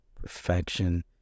perfection